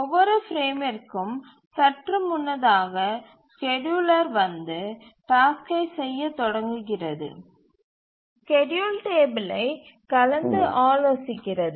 ஒவ்வொரு பிரேமிற்கும் சற்று முன்னதாக ஸ்கேட்யூலர் வந்து டாஸ்க்கை செய்யத் தொடங்குகிறது ஸ்கேட்யூல் டேபிளை கலந்தாலோசிக்கிறது